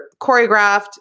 choreographed